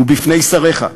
ובפני שריך.